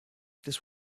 this